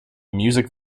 music